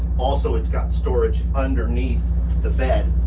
also it's got storage underneath the bed,